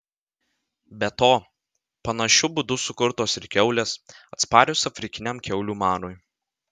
be to panašiu būdu sukurtos ir kiaulės atsparios afrikiniam kiaulių marui